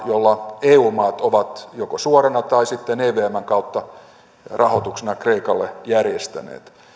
jolla eu maat ovat joko suorana tai sitten evmn kautta rahoituksena kreikalle järjestäneet